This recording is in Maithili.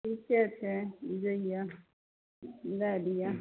ठीके छै जाइए दै दिअ